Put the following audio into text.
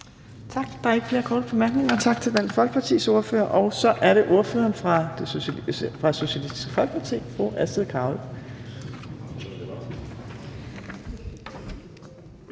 ikke flere korte bemærkninger. Tak til Dansk Folkepartis ordfører, og så er det ordføreren fra Socialistisk Folkeparti, fru Astrid Carøe.